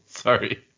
sorry